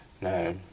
No